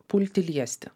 pulti liesti